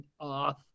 off